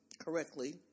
correctly